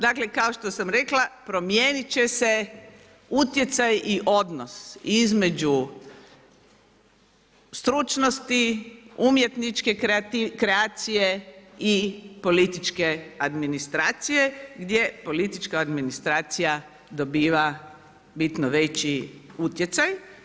Dakle, kao što sam rekla, promijeniti će se utjecaj i odnos između stručnosti, umjetničko kreacije i političke administracije, gdje politička administracija dobiva bitno veći utjecaj.